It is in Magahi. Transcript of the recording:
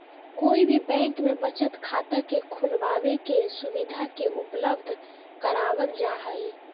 कोई भी बैंक में बचत खाता के खुलबाबे के सुविधा के उपलब्ध करावल जा हई